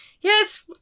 Yes